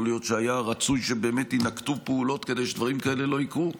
יכול להיות שהיה רצוי שיינקטו פעולות כדי שדברים כאלה לא יקרו.